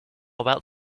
about